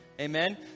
Amen